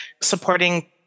supporting